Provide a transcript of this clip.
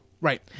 right